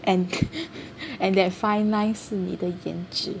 and and that fine line 是你的颜值